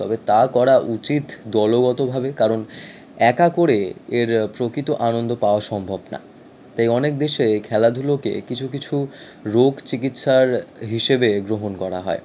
তবে তা করা উচিত দলগতভাবে কারণ একা করে এর প্রকৃত আনন্দ পাওয়া সম্ভব না তাই অনেক দেশেই খেলাধুলোকে কিছু কিছু রোগ চিকিৎসার হিসেবে গ্রহণ করা হয়